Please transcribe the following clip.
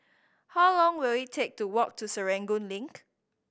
how long will it take to walk to Serangoon Link